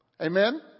Amen